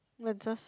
menses